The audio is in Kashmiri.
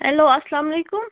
ہیلو السلام علیکُم